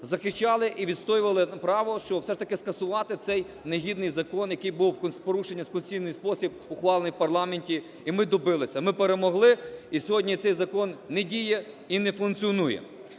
захищали і відстоювали право, щоб все ж таки скасувати цей негідний закон, який був з порушенням конституційного способу ухвалений в парламенті, і ми добилися, ми перемогли. І сьогодні цей закон не діє і не функціонує.